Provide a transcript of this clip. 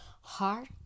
heart